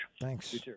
Thanks